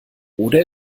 oder